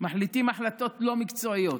מחליטים החלטות לא מקצועיות.